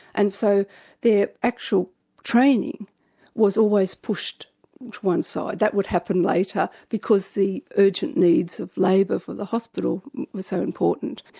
and so their actual training was always pushed to one side. that would happen later because the urgent needs of labour for the hospital were so important.